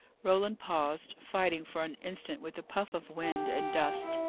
roland paused, fighting for an instant with a puff of wind and dust.